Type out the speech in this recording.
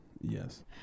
Yes